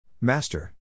Master